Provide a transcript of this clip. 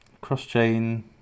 Cross-chain